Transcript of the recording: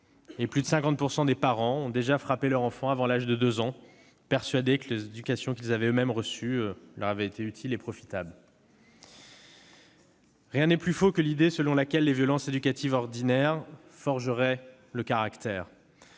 ; plus de 50 % des parents ont frappé leur enfant avant l'âge de deux ans, persuadés que l'éducation qu'ils avaient eux-mêmes reçue leur avait été utile et profitable. Rien n'est plus faux que l'idée selon laquelle les violences éducatives ordinaires « forgeraient le caractère